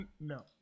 no